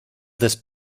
this